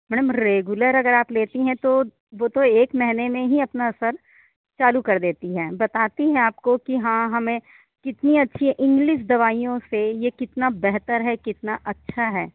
madam regular अगर आप लेती हैं तो वो तो एक महीने में ही अपना असर चालू कर देती हैं बताती हैं आपको कि हाँ हमें कितनी अच्छी इंग्लिस दवाइयों से ये कितना बेहतर है कितना अच्छा है